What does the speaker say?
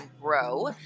grow